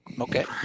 Okay